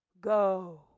go